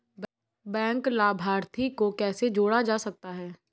Bank लाभार्थी को कैसे जोड़ा जा सकता है?